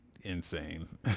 insane